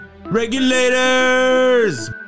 Regulators